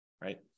right